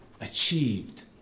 achieved